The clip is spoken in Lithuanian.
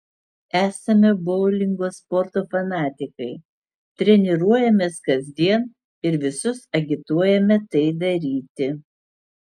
esame boulingo sporto fanatikai treniruojamės kasdien ir visus agituojame tai daryti